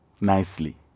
nicely